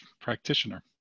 practitioner